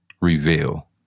reveal